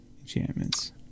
enchantments